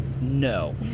No